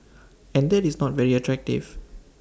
and that is not very attractive